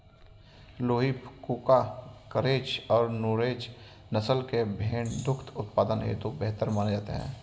लूही, कूका, गरेज और नुरेज नस्ल के भेंड़ दुग्ध उत्पादन हेतु बेहतर माने जाते हैं